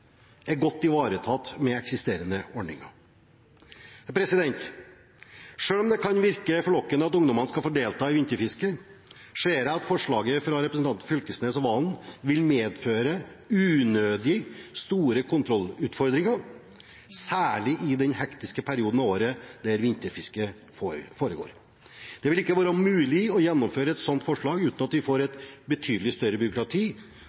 er godt ivaretatt med eksisterende ordninger. Selv om det kan virke forlokkende at ungdommene skal få delta i vinterfisket, ser jeg at forslaget fra representantene Knag Fylkesnes og Valen vil medføre unødig store kontrollutfordringer, særlig i den hektiske perioden av året da vinterfisket foregår. Det vil ikke være mulig å gjennomføre et sånt forslag uten at vi får et betydelig større byråkrati